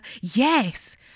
Yes